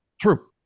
True